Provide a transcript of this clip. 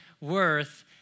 worth